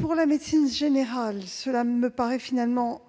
Pour la médecine générale, cela me paraît finalement